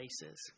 places